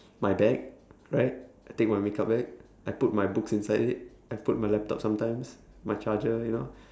my bag right I take my makeup bag I put my books inside it I put my laptop sometimes my charger you know